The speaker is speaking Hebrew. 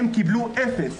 הילדים הנ"ל קיבלו אפס.